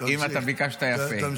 אם ביקשת יפה,